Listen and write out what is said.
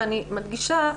ואני מדגישה,